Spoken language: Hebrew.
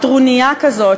טרוניה כזאת,